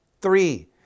Three